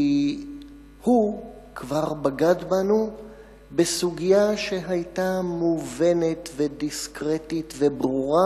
כי הוא כבר בגד בנו בסוגיה שהיתה מובנת ודיסקרטית וברורה,